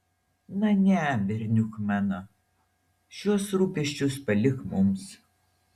na ne berniuk mano šiuos rūpesčius palik mums